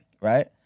right